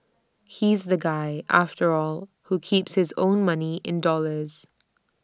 he's the guy after all who keeps his own money in dollars